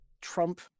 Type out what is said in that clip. Trump